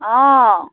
অঁ